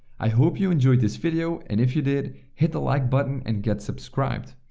i hope you enjoyed this video and if you did, hit the like button and get subscribed.